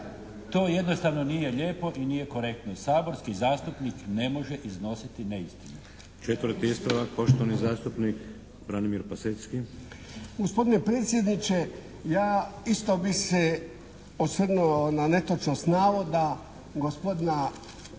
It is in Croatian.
To jednostavno nije lijepo i nije korektno. Saborski zastupnik ne može iznositi neistinu. **Šeks, Vladimir (HDZ)** Četvrti ispravak poštovani zastupnik Branimir Pasecky. **Pasecky, Branimir (HDZ)** Gospodine predsjedniče, ja isto bih se osvrnuo na netočnost navoda gospodina